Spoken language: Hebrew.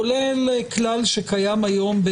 כולל כלל שקיים היום,